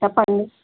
చెప్పండి